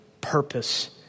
purpose